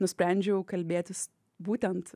nusprendžiau kalbėtis būtent